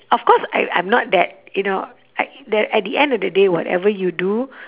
of course I I'm not that you know I the at the end of the day whatever you do